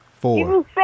four